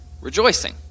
rejoicing